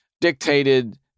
dictated